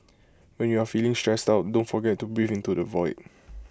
when you are feeling stressed out don't forget to breathe into the void